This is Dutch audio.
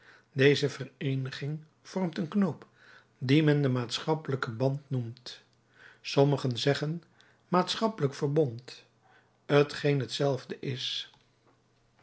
deze vereeniging vormt een knoop dien men den maatschappelijken band noemt sommigen zeggen maatschappelijk verbond t geen hetzelfde is